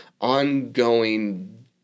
ongoing